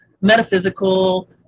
metaphysical